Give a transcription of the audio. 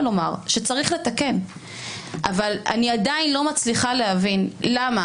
שצריך לתקן אבל אני עדיין לא מצליחה להבין למה